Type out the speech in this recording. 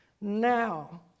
Now